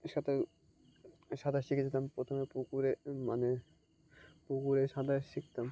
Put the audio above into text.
সাঁতার সাঁতার শিখেছিলাম যেতাম প্রথমে পুকুরে মানে পুকুরে সাঁতার শিখতাম